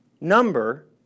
Number